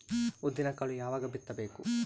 ಉದ್ದಿನಕಾಳು ಯಾವಾಗ ಬಿತ್ತು ಬೇಕು?